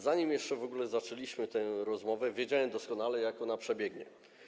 Zanim jeszcze w ogóle zaczęliśmy tę rozmowę, wiedziałem doskonale, jak ona przebiegnie.